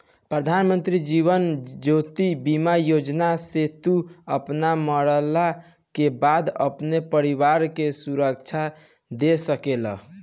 प्रधानमंत्री जीवन ज्योति बीमा योजना से तू अपनी मरला के बाद अपनी परिवार के सुरक्षा दे सकेला